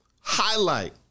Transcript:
highlight